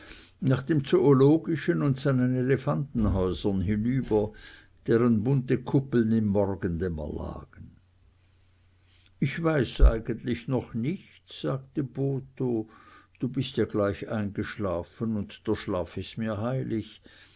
nach dem zoologischen und seinen elefantenhäusern hinüber deren bunte kuppeln im morgendämmer lagen ich weiß eigentlich noch nichts sagte botho du bist ja gleich eingeschlafen und der schlaf ist mir heilig